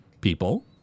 people